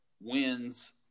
wins